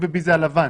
A ו-B זה הלבן.